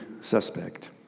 suspect